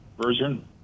version